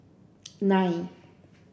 nine